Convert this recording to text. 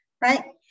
right